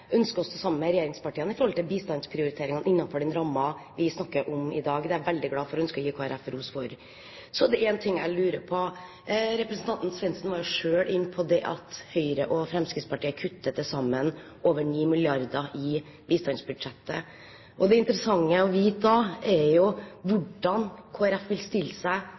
ønsker å stå sammen med regjeringspartiene i bistandsprioriteringene innenfor den rammen vi snakker om i dag. Det er jeg veldig glad for å kunne gi Kristelig Folkeparti ros for. Så er det en ting jeg lurer på. Representanten Svendsen var jo selv inne på at Høyre og Fremskrittspartiet kutter til sammen over 9 mrd. kr i bistandsbudsjettet. Det interessante å få vite da er jo hvordan Kristelig Folkeparti vil stille seg